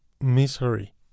Misery